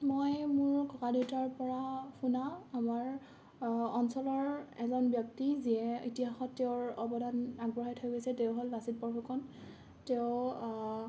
মই মোৰ ককাদেউতাৰ পৰা শুনা আমাৰ অঞ্চলৰ এজন ব্যক্তি যিয়ে ইতিহাসত তেওঁৰ অৱদান আগবঢ়াই থৈ গৈছে তেওঁ হ'ল লাচিত বৰফুকন তেওঁ